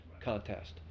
contest